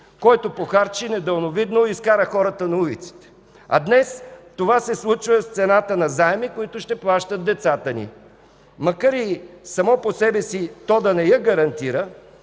който похарчи недалновидно и изкара хората на улиците. А днес това се случва с цената на заеми, които ще плащат децата ни. Макар и само по себе си то да не го гарантира,